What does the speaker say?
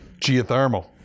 Geothermal